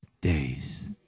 days